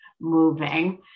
moving